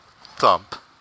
Thump